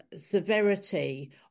severity